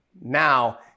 Now